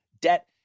debt